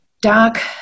Doc